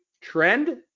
trend